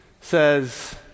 says